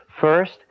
First